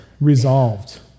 resolved